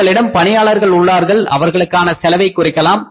உங்களிடம் பணியாளர்கள் உள்ளார்கள் அவர்களுக்கான செலவை குறைக்கலாம்